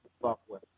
Software